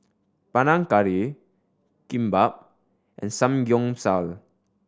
Panang Curry Kimbap and Samgeyopsal